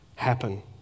happen